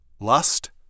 lust